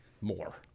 more